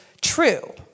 true